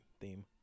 theme